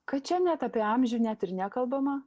kad čia net apie amžių net ir nekalbama